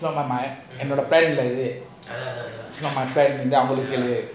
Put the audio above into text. என்னோட போன்ல இது:ennoda penla ithu